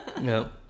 No